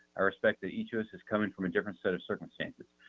i respect that each of us is coming from a different set of circumstances.